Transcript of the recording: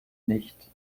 nicht